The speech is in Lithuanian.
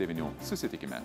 devynių susitikime